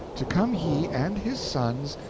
to come he and his sons,